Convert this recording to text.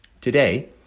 Today